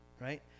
right